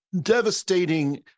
devastating